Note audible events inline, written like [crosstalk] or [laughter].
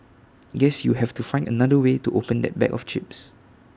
[noise] guess you have to find another way to open that bag of chips